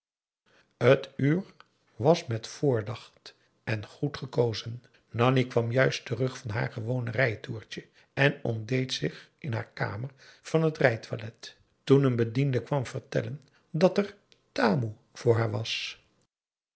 t uur was met voordacht en goed gekozen nanni kwam juist terug van haar gewone rijtoertje en ontdeed zich in haar kamer van het rijtoilet toen een bediende kwam vertellen dat er tamoe voor haar was